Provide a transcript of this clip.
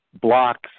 blocks